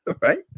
Right